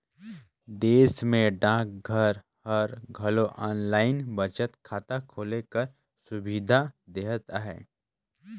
देस में डाकघर हर घलो आनलाईन बचत खाता खोले कर सुबिधा देहत अहे